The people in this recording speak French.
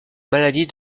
maladie